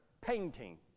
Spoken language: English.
painting